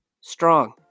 Strong